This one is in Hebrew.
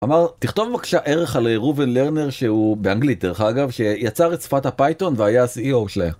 אמר, תכתוב בבקשה ערך על ראובן לרנר שהוא... באנגלית דרך אגב, שיצר את שפת הפייתון והיה ה-CEO שלהם.